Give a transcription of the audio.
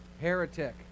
heretic